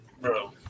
Bro